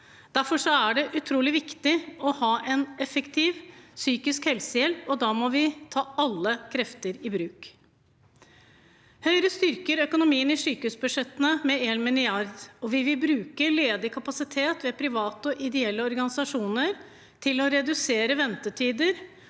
Derfor er det utrolig viktig å ha en effektiv psykisk helsehjelp, og da må vi må ta alle krefter i bruk. Høyre styrker økonomien i sykehusbudsjettene med 1 mrd. kr. Vi vil bruke ledig kapasitet ved private og ideelle organisasjoner til å redusere ventetider,